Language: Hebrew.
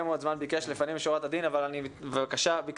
זמן הוא מבקש לדבר ולפנים משורת הדין אני מאפשר לו לדבר